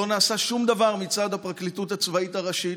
לא נעשה שום דבר מצד הפרקליטות הצבאית הראשית,